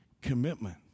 commitment